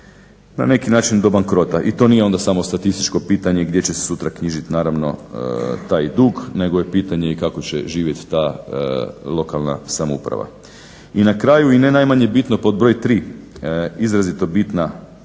na neki način do bankrota. I to nije onda samo statističko pitanje gdje će se sutra knjižiti naravno taj dug nego je i pitanje i kako će živjeti ta lokalna samouprava. I na kraju i ne najmanje bitno pod broj tri izrazito bitna